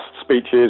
speeches